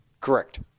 Correct